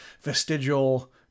vestigial